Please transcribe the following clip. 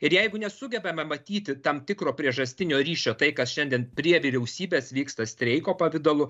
ir jeigu nesugebame matyti tam tikro priežastinio ryšio tai kas šiandien prie vyriausybės vyksta streiko pavidalu